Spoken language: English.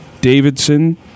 Davidson